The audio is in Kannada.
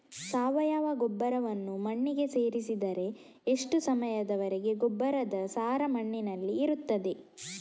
ಸಾವಯವ ಗೊಬ್ಬರವನ್ನು ಮಣ್ಣಿಗೆ ಸೇರಿಸಿದರೆ ಎಷ್ಟು ಸಮಯದ ವರೆಗೆ ಗೊಬ್ಬರದ ಸಾರ ಮಣ್ಣಿನಲ್ಲಿ ಇರುತ್ತದೆ?